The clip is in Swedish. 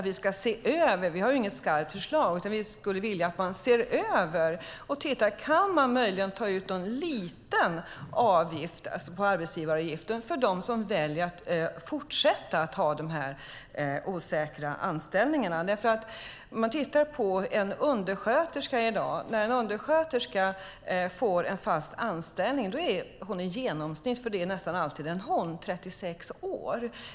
Vi har inget skarpt förslag, men vi vill att man ska titta på om man möjligen kan ta ut en liten avgift på arbetsgivaravgiften för dem som väljer att fortsätta att ha de osäkra anställningarna. När en undersköterska får en fast anställning är hon - det är oftast en hon - i genomsnitt 36 år.